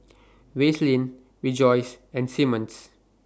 Vaseline Rejoice and Simmons